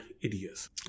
idiots